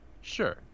Sure